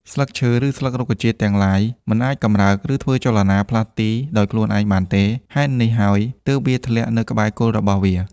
ស្លឹកឈើឬស្លឹករុក្ខជាតិទាំងឡាយ មិនអាចកម្រើក ឬធ្វើចលនា ផ្លាស់ទីដោយខ្លួនឯងបានទេ ហេតុនេះហើយទើបវាធ្លាក់នៅក្បែរគល់របស់វា។